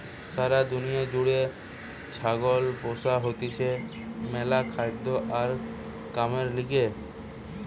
সারা দুনিয়া জুড়ে ছাগল পোষা হতিছে ম্যালা খাদ্য আর কামের লিগে